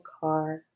car